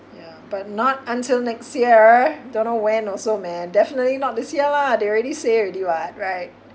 ya but not until next year don't know when also man definitely not this year lah they already say already [what] right